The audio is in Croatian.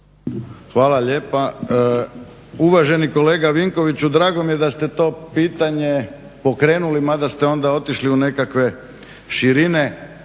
Hvala lijepa. Uvaženi kolega Vinkoviću drago mi je da ste to pitanje pokrenuli mada ste onda otišli u nekakve širine,